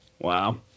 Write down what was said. Wow